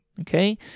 okay